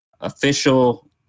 official